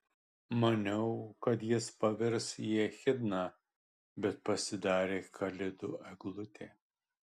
maniau kad jis pavirs į echidną bet pasidarė kalėdų eglutė